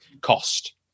cost